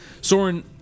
Soren